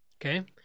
Okay